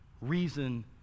reason